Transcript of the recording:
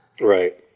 Right